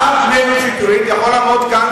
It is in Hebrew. רק מאיר שטרית יכול לעמוד כאן,